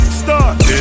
start